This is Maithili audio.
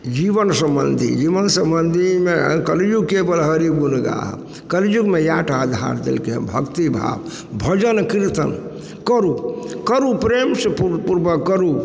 जीवन सम्बन्धी जीवन सम्बन्धीमे कलियुगके बड़ हरि गुण गा कलियुगमे इएह टा धारतै गे भक्ति भाव भजन कीर्तन करू करू प्रेमसँ पूर्वक करू